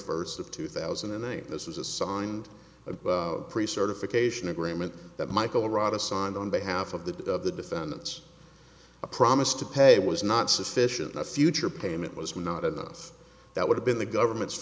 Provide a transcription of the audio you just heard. first of two thousand and eight this is a signed a pre certified cation agreement that michael rada signed on behalf of the of the defendants a promise to pay was not sufficient that future payment was not enough that would have been the government's